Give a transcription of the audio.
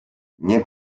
nie